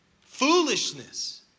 foolishness